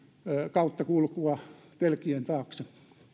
kautta kulkua telkien taakse